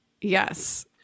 Yes